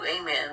amen